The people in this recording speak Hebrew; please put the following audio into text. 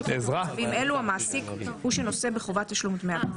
שכן במצבים אלו המעסיק הוא שנושא בחובת תשלום דמי ביטוח.